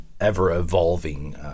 ever-evolving